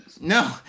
No